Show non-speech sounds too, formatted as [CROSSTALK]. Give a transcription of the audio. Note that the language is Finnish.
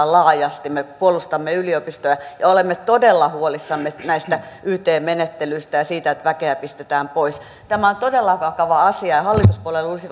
[UNINTELLIGIBLE] laajasti me puolustamme yliopistoja ja olemme todella huolissamme näistä yt menettelyistä ja siitä että väkeä pistetään pois tämä on todella vakava asia ja hallituspuolueen luulisi [UNINTELLIGIBLE]